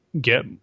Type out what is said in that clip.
get